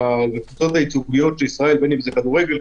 שהקבוצות הייצוגיות של ישראל בין אם זה בכדורגל,